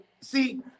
see